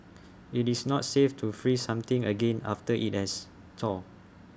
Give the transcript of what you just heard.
IT is not safe to freeze something again after IT has thawed